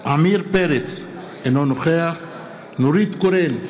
עמיר פרץ, אינו נוכח נורית קורן,